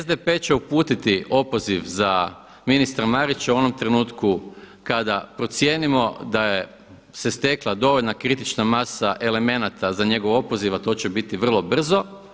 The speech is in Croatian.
SDP će uputiti opoziv za ministra Marića u onom trenutku kada procijenimo da se stekla dovoljna kritična masa elemenata za njegov opoziv, a to će biti vrlo brzo.